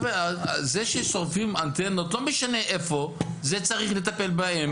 זה ששורפים אנטנות, לא משנה איפה, צריך לטפל בהם.